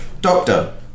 Doctor